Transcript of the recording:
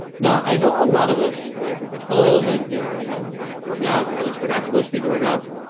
no, i know a lot of us haven't been home and you know, we haven't been going out. or at least we're not supposed to be going out.